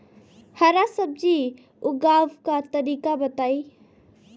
हरा सब्जी उगाव का तरीका बताई?